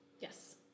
yes